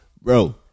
Bro